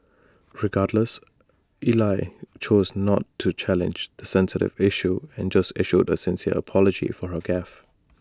regardless Ell chose not to challenge the sensitive issue and just issued A sincere apology for her gaffe